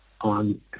on